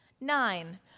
Nine